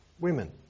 women